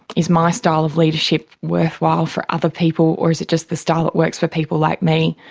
is my style of leadership worthwhile for other people or is it just the style that works for people like me?